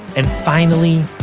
and finally,